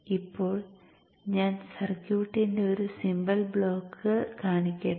ഇപ്പോൾ ഞാൻ സർക്യൂട്ടിന്റെ ഒരു സിംബൽ ബ്ലോക്കുകൾ കാണിക്കട്ടെ